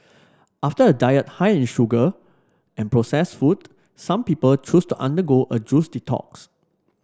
after a diet high in sugar and process food some people choose to undergo a juice detox